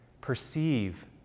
Perceive